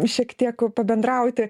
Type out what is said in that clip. šiek tiek pabendrauti